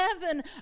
heaven